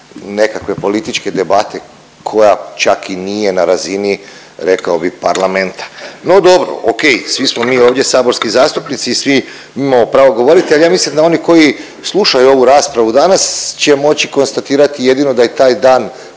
nekakve političke debate koja čak i nije na razini, rekao bih, parlamenta. No dobro, okej, svi smo mi ovdje saborski zastupnici i svi imamo pravo govorili, ali ja mislim da oni koji slušaju ovu raspravu danas će moći konstatirati jedino da i taj dan